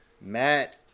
Matt